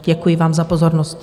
Děkuji vám za pozornost.